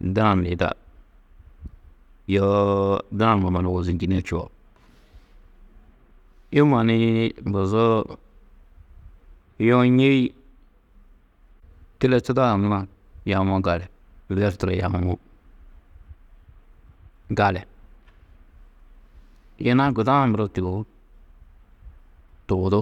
daam yida, yoo daamma mannu wôzinjini čuo. Yumma nii mbozoo yuũ ñêi tiletudo haŋuma yawo gali, wer turo yawo, gali. Yina guda-ã muro tûgohu tubudú.